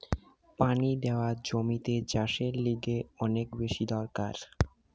পানি দেওয়া জমিতে চাষের লিগে অনেক বেশি দরকার